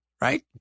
right